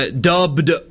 dubbed